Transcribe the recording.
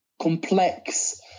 complex